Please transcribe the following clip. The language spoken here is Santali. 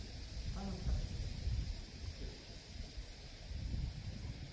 ᱠᱟᱛᱷᱟ ᱢᱮᱱ ᱠᱟᱛᱮ ᱤᱧᱫᱩᱧ ᱱᱩᱪᱟᱹᱫ ᱫᱟ